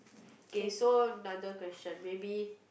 K so another question maybe